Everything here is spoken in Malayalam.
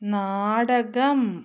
നാടകം